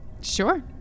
Sure